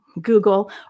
Google